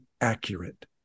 accurate